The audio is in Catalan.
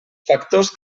factors